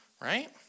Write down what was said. right